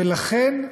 ולכן,